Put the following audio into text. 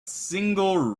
single